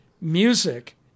music